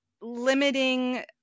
limiting